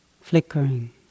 flickering